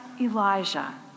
Elijah